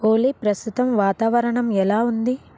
ఓలి ప్రస్తుతం వాతావరణం ఎలా ఉంది